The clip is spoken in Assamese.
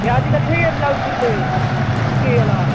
এ আজিকালি সেয়ে ব্লাউজ পিন্ধে পিঠি ওল'